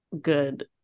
good